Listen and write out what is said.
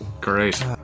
Great